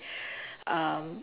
um